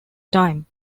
time